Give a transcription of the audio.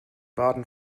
baden